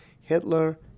Hitler